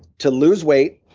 to lose weight,